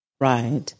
Right